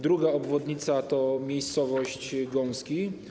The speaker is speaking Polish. Druga obwodnica - miejscowość Gąski.